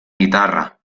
guitarra